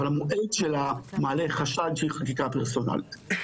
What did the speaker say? אבל המועד שלה מעלה חשש שהיא חקיקה פרסונלית.